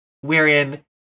wherein